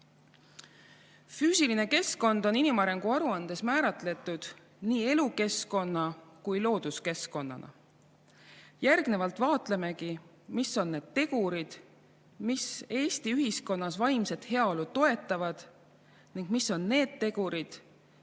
Füüsiline keskkond on inimarengu aruandes määratletud nii elukeskkonnana kui looduskeskkonnana. Järgnevalt vaatamegi, mis on need tegurid, mis Eesti ühiskonnas vaimset heaolu toetavad, ning mis on need tegurid,